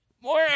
More